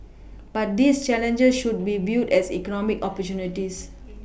but these challenges should be viewed as economic opportunities